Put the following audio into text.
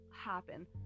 happen